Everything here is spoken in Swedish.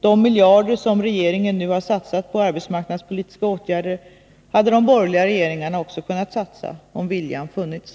De miljarder som regeringen nu har satsat på arbetsmarknadspolitiska åtgärder hade de borgerliga regeringarna också kunnat satsa — om viljan funnits.